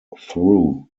through